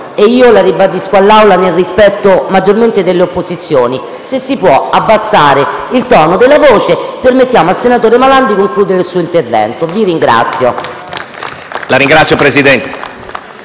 e io la ribadisco all'Assemblea nel rispetto maggiormente delle opposizioni; se si può abbassare il tono della voce, permettiamo al senatore Malan di concludere il suo intervento. *(Applausi dal Gruppo